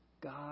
God